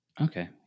Okay